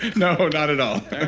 no, not at all